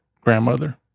grandmother